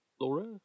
Laura